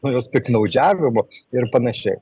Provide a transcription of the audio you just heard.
nuo jos piktnaudžiavimo ir panašiai